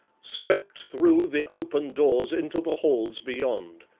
swept through the open doors into the halls beyond.